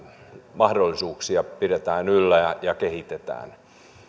mahdollisuuksia pidetään yllä ja ja kehitetään